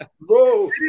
Bro